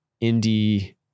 indie